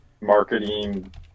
marketing